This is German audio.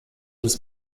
des